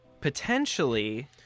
potentially